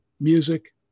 music